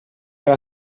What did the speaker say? alla